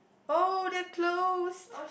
oh they're closed